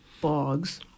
bogs